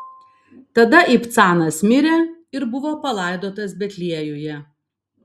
tada ibcanas mirė ir buvo palaidotas betliejuje